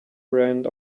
brand